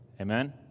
Amen